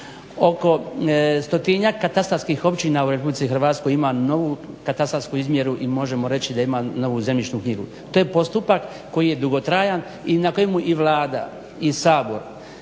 oko 100-tinjak katastarskih općina u Republici Hrvatskoj ima novu katastarsku izmjeru i možemo reći da ima novu zemljišnu knjigu. To je postupak koji je dugotrajan i na kojemu i Vlada i Sabor